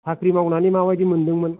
साख्रि मावनानै माबायदि मोनदोंमोन